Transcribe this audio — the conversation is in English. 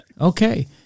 Okay